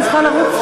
אני צריכה לרוץ.